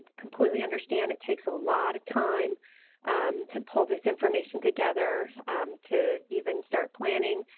completely understand it takes a lot of time to pull this information together to even start planning,